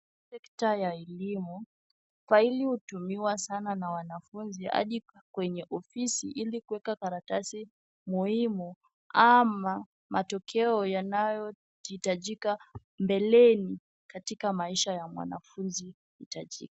Sekta ya elimu. Faili hutumiwa sana na wanafunzi hadi kwenye ofisi ili kuweka karatasi muhimu ama matokeo yanayohitajika mbeleni katika maisha ya mwanafunzi itajika.